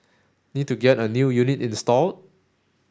need to get a new unit installed